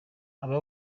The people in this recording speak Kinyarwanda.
aba